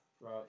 Right